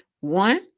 One